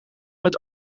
met